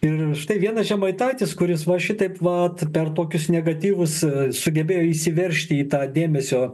ir štai vienas žemaitaitis kuris va šitaip vat per tokius negatyvus sugebėjo įsiveržti į tą dėmesio